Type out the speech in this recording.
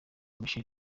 michel